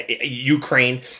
Ukraine